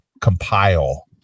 compile